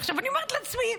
עכשיו, אני אומרת לעצמי,